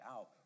out